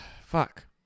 Fuck